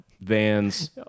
vans